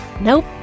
Nope